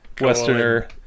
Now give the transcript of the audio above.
westerner